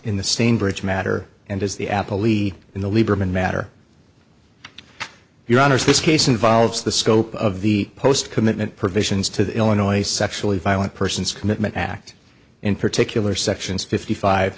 in the same bridge matter and as the apple e in the lieberman matter your honour's this case involves the scope of the post commitment provisions to the illinois sexually violent persons commitment act in particular sections fifty five